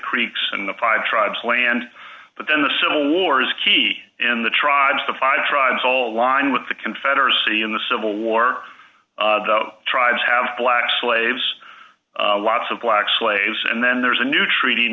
creeks and the five tribes land but then the civil war is key and the tribes the five tribes all aligned with the confederacy in the civil war the tribes have black slaves lots of black slaves and then there's a new treat